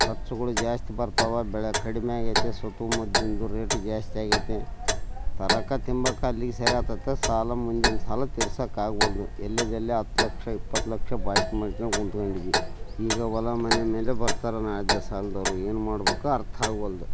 ಖರ್ಚುಗಳು ಜಾಸ್ತಿ ಬರ್ತಾವೆ ಬೆಳೆ ಕಡಿಮೆ ಆಗೈತೆ ಮದ್ದಿಂದು ರೇಟ್ ಜಾಸ್ತಿ ಆಗೈತೆ ತರೋಕೆ ತಿಂಬೋಕೆ ಅಲ್ಲಿಗೆ ಸರಿ ಆಗ್ತತೆ ಸಾಲ ಮುಂದಿನ ಸಾಲ ತೀರ್ಸೋಕ್ ಆಗುವಲ್ದು ಎಲ್ಲೆದೆಲ್ಲೇ ಹತ್ತು ಲಕ್ಷ ಇಪ್ಪತ್ತು ಲಕ್ಷ ಬೈಕ್ ಮಾರ್ಕೊಂಡು ಕುಂತ್ಕೊಂಡಿದಿನಿ ಈಗ ಹೊಲ ಮನೆ ಮೇಲೆ ಬರ್ತಾರೆ ನಾಳೆ ದಿವಸ ಸಾಲದವ್ರು ಏನು ಮಾಡ್ಬೇಕು ಅರ್ಥ ಆಗವಲ್ದು